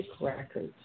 Records